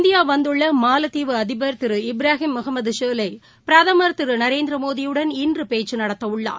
India வந்துள்ள மாலத்தீவு அதிபர் திரு இப்ராஹிம் முகமது ஷோலை பிரதமர் திரு நரேந்திர மோடியுடன் இன்று பேச்சு நடத்த உள்ளார்